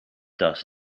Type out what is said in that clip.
does